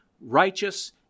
righteous